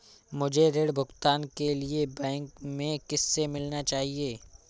मुझे ऋण भुगतान के लिए बैंक में किससे मिलना चाहिए?